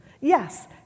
Yes